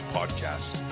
Podcast